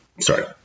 sorry